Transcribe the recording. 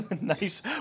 nice